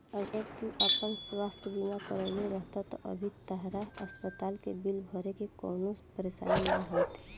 अगर तू आपन स्वास्थ बीमा करवले रहत त अभी तहरा अस्पताल के बिल भरे में कवनो परेशानी ना होईत